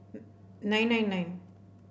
nine nine nine